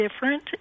different